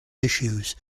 issues